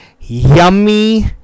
yummy